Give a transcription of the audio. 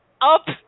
up